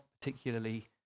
particularly